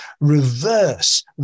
reverse